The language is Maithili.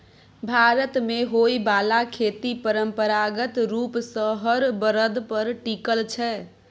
भारत मे होइ बाला खेती परंपरागत रूप सँ हर बरद पर टिकल छै